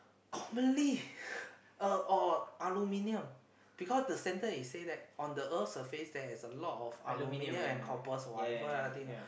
commonly uh or aluminium because the sentence is say that on the earth surface there is a lot of aluminum and coppers whatever ah that thing